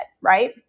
right